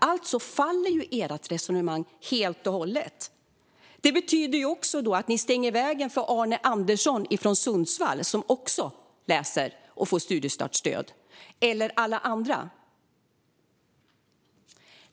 Alltså faller ert resonemang helt och hållet. Det betyder också att ni stänger vägen för Arne Andersson från Sundsvall som också läser och får studiestartsstöd eller alla andra.